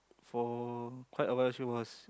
for quite a while she was